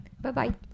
bye-bye